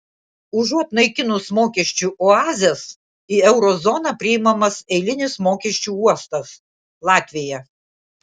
užuot naikinus mokesčių oazes į euro zoną priimamas eilinis mokesčių uostas latvija